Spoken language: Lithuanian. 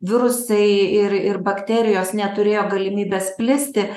virusai ir ir bakterijos neturėjo galimybės plisti